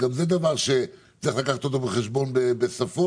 גם זה דבר שצריך לקחת אותו בחשבון בשפות,